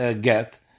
get